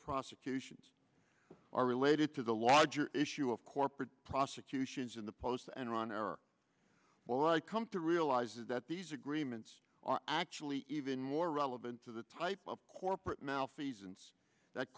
prosecutions are related to the larger issue of corporate prosecutions in the post enron are well i come to realize that these agreements are actually even more relevant to the type of corporate malfeasance that